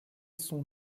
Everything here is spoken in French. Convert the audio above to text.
son